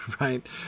right